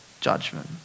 judgment